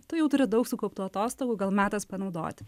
tu jau turi daug sukauptų atostogų gal metas panaudoti